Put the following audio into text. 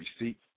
receipt